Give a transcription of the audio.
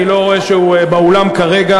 אני לא רואה שהוא באולם כרגע.